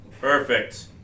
Perfect